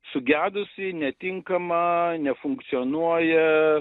sugedusi netinkama nefunkcionuoja